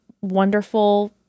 wonderful